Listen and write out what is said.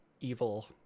evil